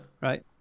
Right